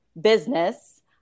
business